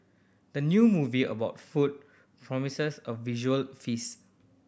the new movie about food promises a visual feast